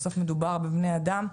בסוף מדובר בבני אדם,